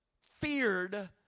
feared